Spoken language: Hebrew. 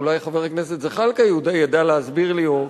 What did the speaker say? אולי חבר הכנסת זחאלקה ידע להסביר לי או,